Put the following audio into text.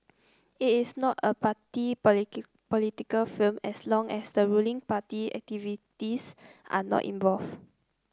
it is not a party political film as long as the ruling party activists are not involved